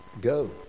Go